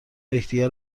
یکدیگر